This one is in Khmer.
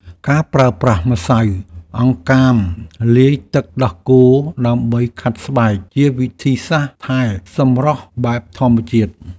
ការប្រើប្រាស់ម្សៅអង្កាមលាយទឹកដោះគោដើម្បីខាត់ស្បែក ជាវិធីសាស្ត្រថែសម្រស់បែបធម្មជាតិ។